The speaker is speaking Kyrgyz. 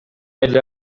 эле